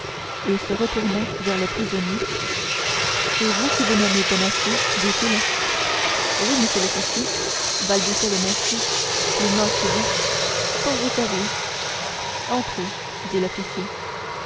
et se retournant vers le prisonnier c'est vous qui vous nommez bonacieux dit-il oui monsieur l'officier balbutia le mercier plus mort que vif pour vous servir entrez dit l'officier